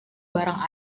barang